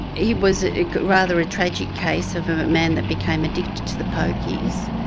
he was rather a tragic case of a man that became addicted to the pokies,